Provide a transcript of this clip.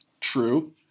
True